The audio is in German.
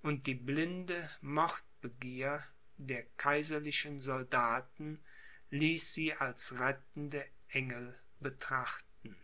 und die blinde mordbegier der kaiserlichen soldaten ließ sie als rettende engel betrachten